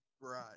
Right